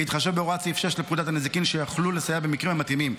בהתחשב בהוראות סעיף 6 לפקודת הנזיקין שיוכלו לסייע במקרים המתאימים.